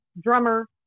drummer